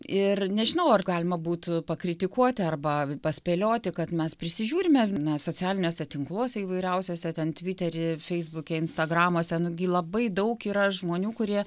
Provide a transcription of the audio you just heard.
ir nežinau ar galima būtų pakritikuoti arba paspėlioti kad mes prisižiūrime na socialiniuose tinkluose įvairiausiuose ten tvitery feisbuke instagramuose nu gi labai daug yra žmonių kurie